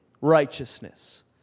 righteousness